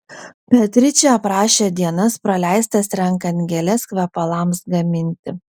beatričė aprašė dienas praleistas renkant gėles kvepalams gaminti